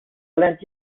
lent